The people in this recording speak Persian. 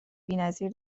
بینظیر